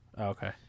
okay